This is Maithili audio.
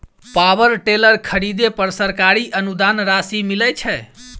पावर टेलर खरीदे पर सरकारी अनुदान राशि मिलय छैय?